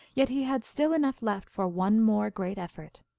yet he had still enough left for one more great effort.